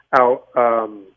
out